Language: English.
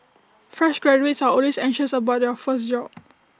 fresh graduates are always anxious about their first job